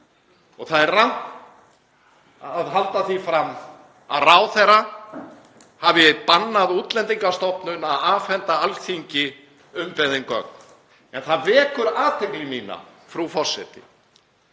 rangt að halda því fram að ráðherra hafi bannað Útlendingastofnun að afhenda Alþingi umbeðin gögn. En það vekur athygli mína, frú forseti,